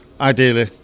Ideally